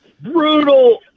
brutal